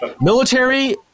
Military